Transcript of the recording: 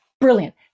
brilliant